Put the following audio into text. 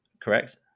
correct